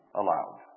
allowed